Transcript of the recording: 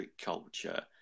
culture